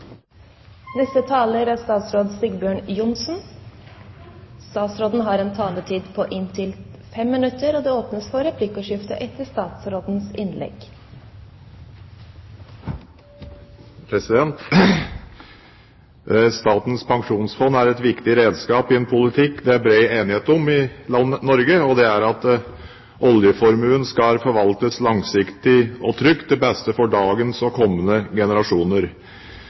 Statens pensjonsfond er et viktig redskap i en politikk det er bred enighet om i Norge, og det er at oljeformuen skal forvaltes langsiktig og trygt til beste for dagens og kommende generasjoner.